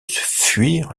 fuir